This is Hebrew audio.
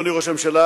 אדוני ראש הממשלה,